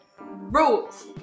rules